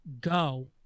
go